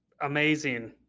amazing